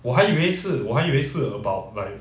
我还以为是我还以为是 about like